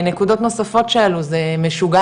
נקודות נוספות שעלו זה משוגע